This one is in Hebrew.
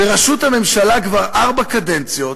בראשות הממשלה כבר ארבע קדנציות,